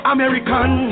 American